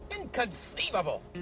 inconceivable